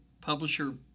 publisher